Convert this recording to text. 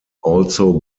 also